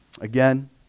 Again